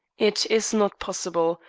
it is not possible.